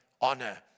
honor